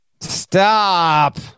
Stop